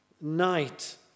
night